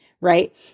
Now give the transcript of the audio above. right